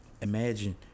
Imagine